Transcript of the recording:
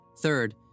Third